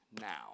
now